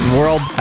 world